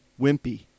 Wimpy